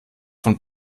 von